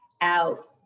out